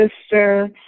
sister